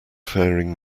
faring